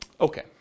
Okay